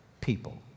people